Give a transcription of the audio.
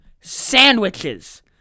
sandwiches